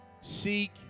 Seek